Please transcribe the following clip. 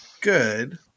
good